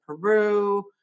Peru